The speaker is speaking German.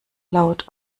laut